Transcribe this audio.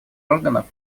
органов